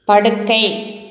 படுக்கை